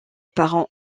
parents